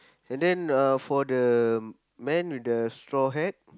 and then uh for the man with the straw hat